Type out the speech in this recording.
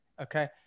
Okay